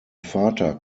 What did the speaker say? vater